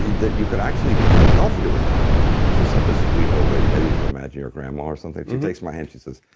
that you could actually become healthier with time and she was such a sweet old lady. maybe you could imagine your grandma or something she takes my hand. she says,